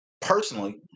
personally